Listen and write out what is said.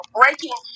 breaking